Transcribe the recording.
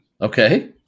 Okay